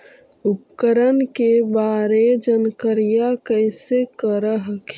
उपकरण के बारे जानकारीया कैसे कर हखिन?